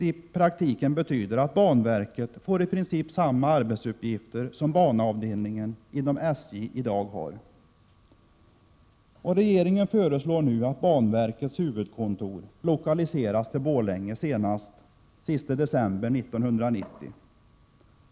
Det betyder att banverket får i princip samma arbetsuppgifter som banavdelningen inom SJ i dag har: Regeringen föreslår nu att banverkets huvudkontor lokaliseras till Borlänge senast den 31 december 1990.